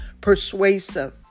persuasive